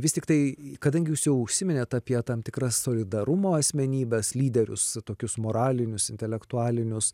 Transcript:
vis tiktai kadangi jūs jau užsiminėt apie tam tikras solidarumo asmenybes lyderius tokius moralinius intelektualinius